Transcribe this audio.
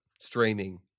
streaming